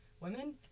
women